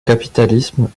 capitalisme